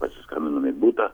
pasiskambinom į butą